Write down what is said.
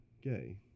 gay